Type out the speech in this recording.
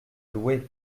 louée